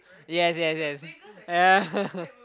yes yes yes yeah